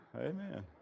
amen